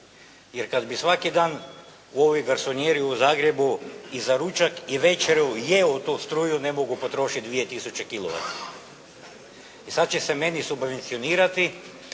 jer kada bi svaki dan u ovoj garsonijeri u Zagrebu i za ručak i večeru jeo tu struju ne mogu potrošiti dvije tisuće kilovata. I sada će se meni subvencionirati,